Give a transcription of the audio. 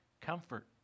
Comfort